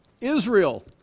israel